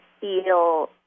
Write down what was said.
feel